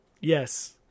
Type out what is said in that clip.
Yes